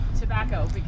tobacco